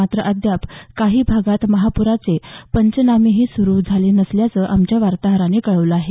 मात्र अद्याप काही भागात महापुराचे पंचनामेही सुरू झाले नसल्याचं आमच्या वार्ताहरानं कळवलं आहे